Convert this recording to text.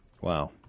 Wow